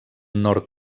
nord